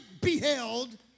beheld